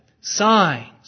signs